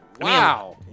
Wow